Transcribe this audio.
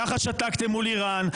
ככה שתקתם מול איראן,